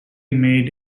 made